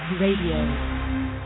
Radio